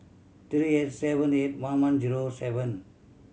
three eight seven eight one one zero seven